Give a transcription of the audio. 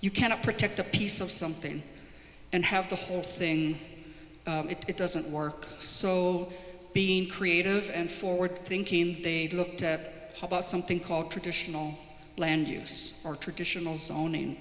you cannot protect a piece of something and have the whole thing it doesn't work so being creative and forward thinking they'd looked at about something called traditional land use or traditional zoning